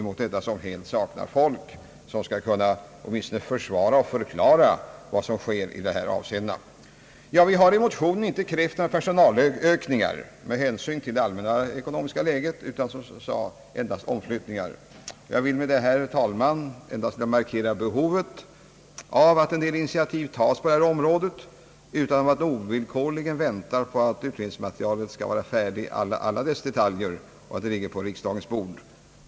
Kriminalvårdsstyrelsen saknar ju helt folk, som kan förklara och försvara vad som sker. Vi har i motionen inte krävt några personalökningar med hänsyn till det allmänna ekonomiska läget, utan, som jag har sagt, endast omflyttningar. Jag vill med detta, herr talman, endast markera behovet av att en del ini tiativ tas på detta område och att man inte ovillkorligen väntar på att utredningsmaterialet skall vara färdigt i alla dess detaljer och ligga på riksdagens bord.